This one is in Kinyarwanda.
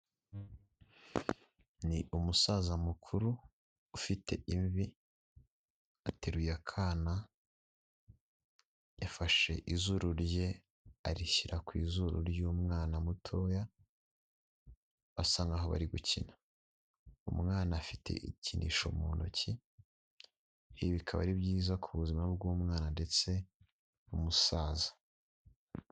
Ni umusaza mukuru, ufite imvi, ateruye akana, yafashe izuru rye arishyira ku izuru ry'umwana mutoya, asa nkaho bari gukina. Umwana afite igikinisho mu ntoki, ibi bikaba ari byiza ku buzima bw'umwana ndetse n'umusaza.